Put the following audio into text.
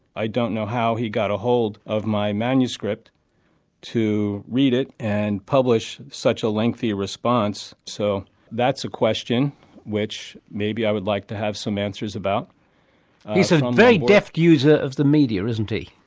i don't know how he got a hold of my manuscript to read it and publish such a lengthy response, so that's a question which maybe i would like to have some answers about. he's a very deft user of the media, isn't he.